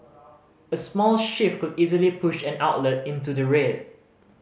a small shift could easily push an outlet into the red